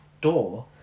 door